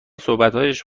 صحبتهایش